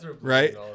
Right